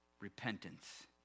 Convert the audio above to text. repentance